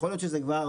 יכול להיות שזה כבר